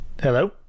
hello